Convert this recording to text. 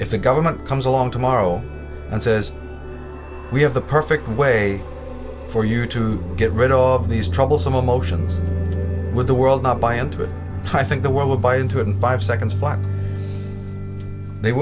if the government comes along tomorrow and says we have the perfect way for you to get rid of all of these troubles emotions with the world not buy into it i think the world will buy into it in five seconds but they